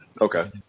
Okay